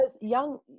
young